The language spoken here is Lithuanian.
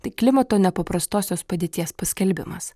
tai klimato nepaprastosios padėties paskelbimas